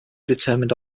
determined